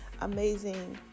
amazing